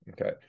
Okay